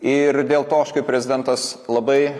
ir dėl to aš kaip prezidentas labai